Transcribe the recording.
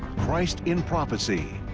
christ in prophecy,